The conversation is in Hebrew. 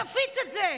תפיץ את זה.